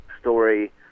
story